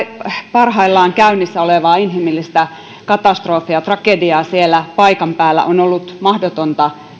parhaillaan käynnissä olevaa inhimillistä katastrofia ja tragediaa siellä paikan päällä on ollut mahdotonta